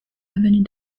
avenue